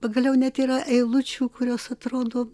pagaliau net yra eilučių kurios atrodo